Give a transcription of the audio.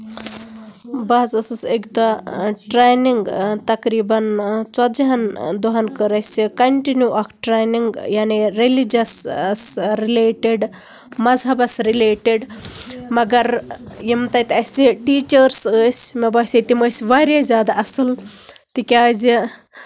بہٕ حظ ٲسٕس اَکہِ دۄہ ٹرٛینِنٛگ تَقریٖبَن ژَتجی ہن دۄہَن کٔر اَسہِ کنٹِنیوٗ کٔر اَکھ ٹرینِنٛگ یانے ریلِجَس رِلیٹِڈ مَذہَبَس رِلیٹِڈ مَگر یِم تَتہِ اَسہِ ٹیٖچٲرٕس ٲسۍ مےٚ باسے تِم ٲسۍ واریاہ زیادٕ اَصٕل تِکیٛازِ